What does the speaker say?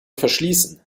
verschließen